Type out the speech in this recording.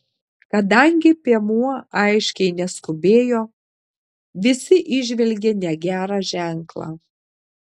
kadangi piemuo aiškiai neskubėjo visi įžvelgė negerą ženklą